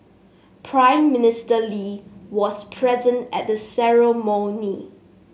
Prime Minister Lee was present at the ceremony